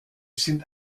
sind